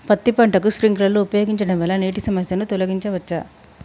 పత్తి పంటకు స్ప్రింక్లర్లు ఉపయోగించడం వల్ల నీటి సమస్యను తొలగించవచ్చా?